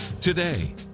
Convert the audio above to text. Today